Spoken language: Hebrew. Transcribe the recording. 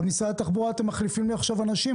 במשרד התחבורה אתם מחליפים לי אנשים,